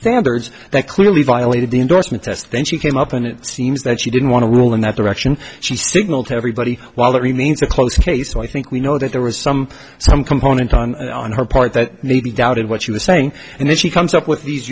standards that clearly violated the endorsement test then she came up and it seems that she didn't want to rule in that direction she signal to everybody while it remains a close case so i think we know that there was some some component on her part that maybe doubted what she was saying and then she comes up with these